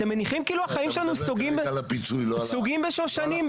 אתם מניחים כאילו החיים שלנו סוגים בשושנים.